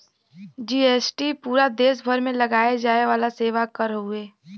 GST पूरा देस भर में लगाये जाये वाला सेवा कर हउवे